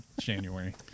January